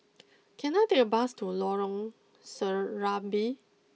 can I take a bus to Lorong Serambi